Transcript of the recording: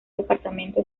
departamento